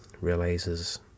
realizes